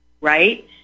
right